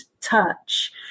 touch